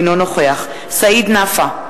אינו נוכח סעיד נפאע,